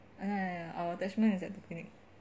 err ya our attachment is at the clinic